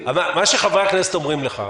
מה שחברי הכנסת אומרים לך,